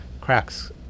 cracks